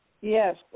Yes